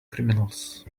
criminals